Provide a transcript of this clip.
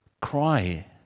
cry